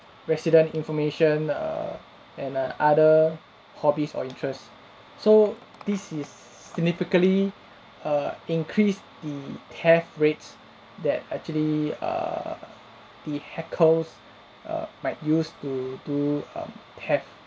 resident information err and err other hobbies or interests so this is significantly err increase the theft rates that actually err the hackers err might use to do um theft